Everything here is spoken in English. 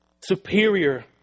Superior